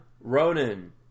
Ronan